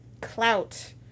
clout